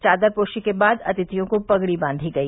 चार पोशी के बाद अतिथियों को पगड़ी बांघी गई